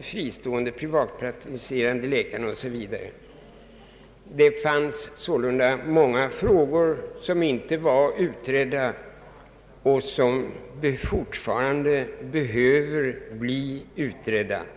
fristående privatpraktiserande läkarna. Det fanns sålunda många frågor som inte var utredda och som kräver ytterligare utredning.